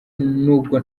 nubwo